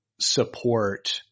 support